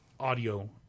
audio